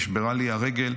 נשברה לי הרגל,